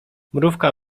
mrówka